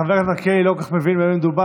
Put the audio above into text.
חבר הכנסת מלכיאלי לא כל כך מבין במה מדובר.